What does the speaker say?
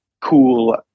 cool